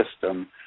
system